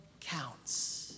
counts